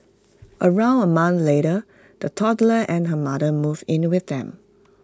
around A month later the toddler and her mother moved in with them